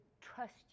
trust